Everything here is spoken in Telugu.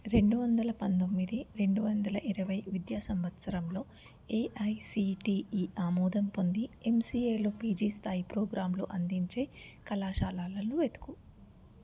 రెండు వందల పంతొమ్మిది రెండు వందల ఇరవై విద్యా సంవత్సరంలో ఏఐసీటీఈ ఆమోదం పొంది ఎంసీఏలో పీజీ స్థాయి ప్రోగ్రాంలు అందించే కళాశాలలను వెతుకు